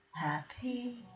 happy